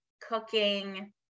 cooking